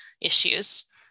issues